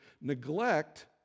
Neglect